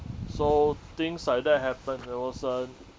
so things like that happened that was a